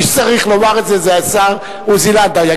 מי שצריך לומר את זה, זה השר עוזי לנדאו.